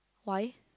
why